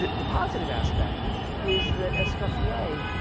the the positive aspect is that escoffier